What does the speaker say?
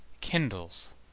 kindles